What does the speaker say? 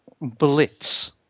blitz